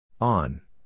On